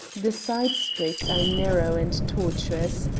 the side streets are narrow and tortuous.